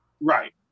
Right